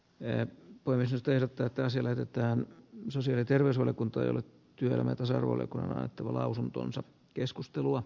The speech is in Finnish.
en voisi tehdä tätä selvitetään sosiaali terveysvaliokunta ei ole työelämän tasa arvolle vähätulolausuntonsa keskustelua